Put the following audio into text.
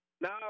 No